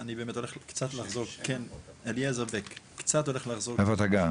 אני באמת קצת הולך לחזור --- איפה אתה גר?